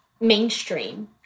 mainstream